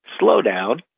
slowdown